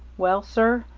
well, sir,